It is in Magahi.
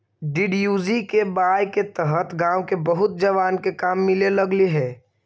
डी.डी.यू.जी.के.वाए के तहत गाँव के बहुत जवान के काम मिले लगले हई